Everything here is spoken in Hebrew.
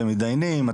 אתם מתדיינים,